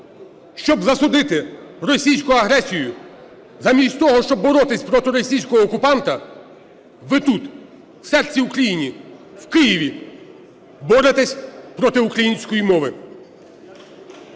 щоб засудити російську агресію, замість того, щоб боротися проти російського окупанта ви тут, в серці України, в Києві боретесь проти української мови.